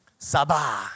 Sabah